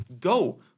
Go